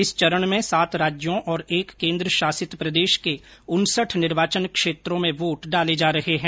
इस चरण में सात राज्यों और एक केन्द्र शासित प्रदेश के उनसठ निर्वाचन क्षेत्रों में वोट डाले जा रहे है